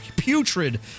putrid